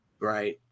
Right